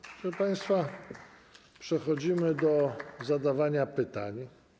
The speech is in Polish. Proszę państwa, przechodzimy do zadawania pytań.